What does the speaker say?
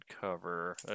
cover